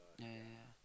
yeah yeah yeah yeah